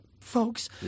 folks